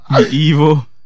Evil